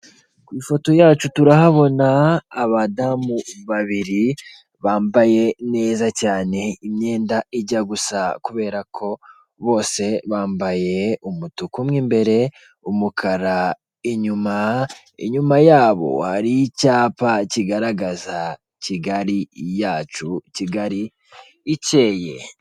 Ku ifoto yacu turahabona abadamu babiri bambaye neza cyane imyenda ijya gusa kubera ko bose bambaye umutuk, mo imbere umukara inyuma, inyuma yabo hari icyapa kigaragaza Kigali yacu Kigali icyeye.